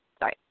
sorry